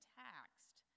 taxed